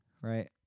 right